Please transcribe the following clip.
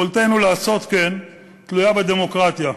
יכולתנו לעשות כן תלויה בדמוקרטיה.